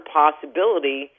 possibility